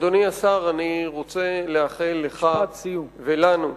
אדוני השר, אני רוצה לאחל לך ולנו,